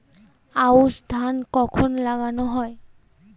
আউশ ধান কখন লাগানো হয়?